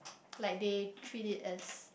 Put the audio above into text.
like they treat it as